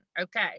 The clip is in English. okay